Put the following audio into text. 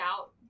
out